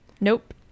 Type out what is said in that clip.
Nope